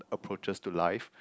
approaches to life